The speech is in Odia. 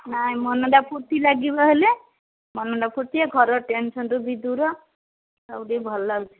ନାଇଁ ମନଟା ଫୁର୍ତ୍ତି ଲାଗିବ ହେଲେ ମନଟା ଫୁର୍ତ୍ତି ଏ ଘରର ଟେନସନଠୁ ବି ଦୂର ସବୁ ଟିକେ ଭଲ ଲାଗୁଛି